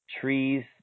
trees